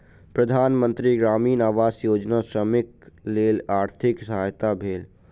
प्रधान मंत्री ग्रामीण आवास योजना श्रमिकक लेल आर्थिक सहायक भेल